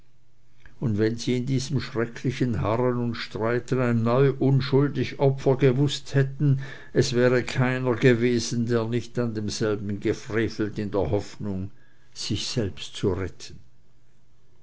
und wenn sie in diesem schrecklichen harren und streiten ein neu unschuldig opfer gewußt hätten es wäre keiner gewesen der nicht an demselben gefrevelt in der hoffnung sich selbst zu retten